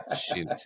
Shoot